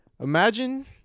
imagine